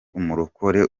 umurokore